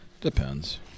Depends